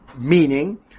meaning